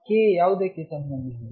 K ಯಾವುದಕ್ಕೆ ಸಂಬಂಧಿಸಿದೆ